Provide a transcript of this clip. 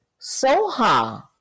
Soha